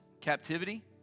Captivity